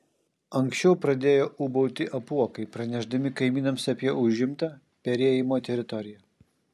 anksčiau pradėjo ūbauti apuokai pranešdami kaimynams apie užimtą perėjimo teritoriją